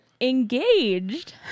engaged